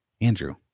Andrew